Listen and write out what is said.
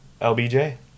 LBJ